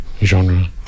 genre